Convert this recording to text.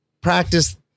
practice